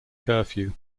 curfew